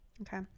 okay